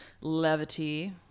levity